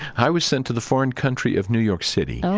i was sent to the foreign country of new york city oh,